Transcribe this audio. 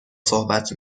صحبت